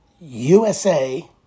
USA